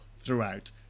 throughout